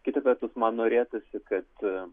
kita vertus man norėtųsi kad